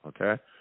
okay